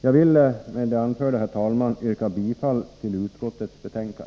Jag vill med detta anförande, herr talman, yrka bifall till utskottets hemställan.